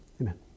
Amen